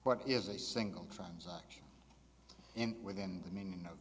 what if a single transaction and within the meaning of